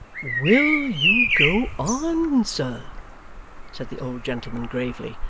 will you go on, sir said the old gentleman, gravely,